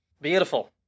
Beautiful